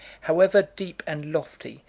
however deep and lofty,